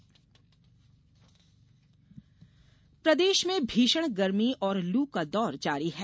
मौसम प्रदेश में भीषण गर्मी और लू का दौर जारी है